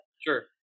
Sure